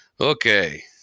okay